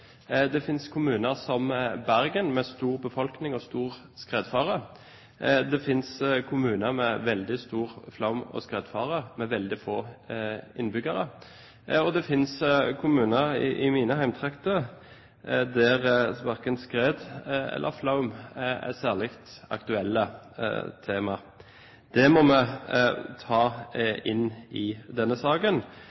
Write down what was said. Det finnes kommuner som Bergen, med stor befolkning og stor skredfare, og det finnes kommuner med veldig stor flom- og skredfare og med veldig få innbyggere, og det finnes kommuner i mine hjemtrakter der verken skred eller flom er særlig aktuelle temaer. Det må vi ta